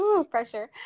Pressure